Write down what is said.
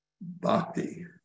bhakti